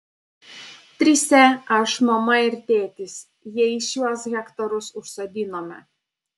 trise aš mama ir tėtis jais šiuos hektarus užsodinome